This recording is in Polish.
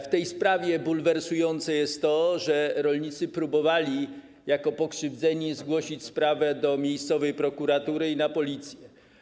W tej sprawie bulwersujące jest to, że rolnicy próbowali jako pokrzywdzeni zgłosić sprawę do miejscowej prokuratury i na Policję.